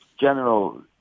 general